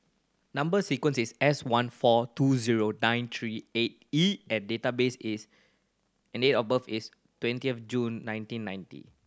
number sequence is S one four two zero nine three eight E and database is and date of birth is twenty of June nineteen ninety